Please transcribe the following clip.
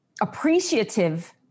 appreciative